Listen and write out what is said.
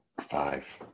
five